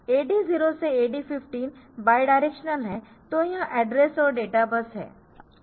AD0 से AD15 bidirectional है तो यह एड्रेस और डेटा बस है